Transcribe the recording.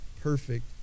perfect